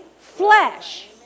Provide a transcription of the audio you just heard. flesh